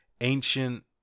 ancient